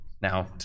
Now